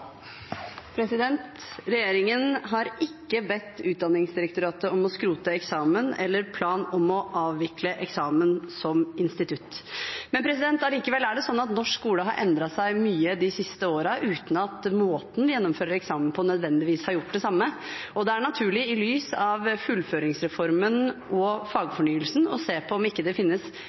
Regjeringen har ikke bedt Utdanningsdirektoratet om å skrote eksamen, og har ikke plan om å avvikle eksamen som institutt. Allikevel er det sånn at norsk skole har endret seg mye de siste årene uten at måten en gjennomfører eksamen på, nødvendigvis har gjort det samme. Det er naturlig i lys av fullføringsreformen og fagfornyelsen å se på om ikke det finnes